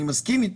אני מסכים אתו,